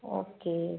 okay